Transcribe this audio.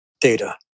data